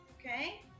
Okay